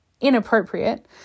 inappropriate